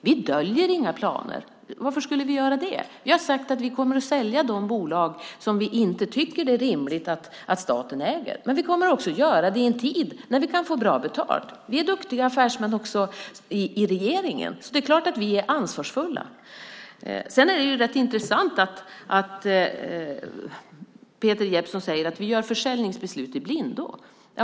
Vi döljer inga planer. Varför skulle vi göra det? Vi har sagt att vi kommer att sälja de bolag som vi inte tycker att det är rimligt att staten äger, men vi kommer att göra det i en tid när vi kan få bra betalt. Vi är duktiga affärsmän i regeringen, och det är klart att vi är ansvarsfulla. Det är intressant att Peter Jeppsson säger att vi fattar försäljningsbeslut i blindo.